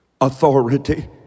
authority